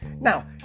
Now